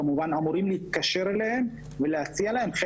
כמובן אמורים להתקשר אליהם ולהציע להם.